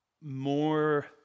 more